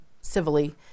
civilly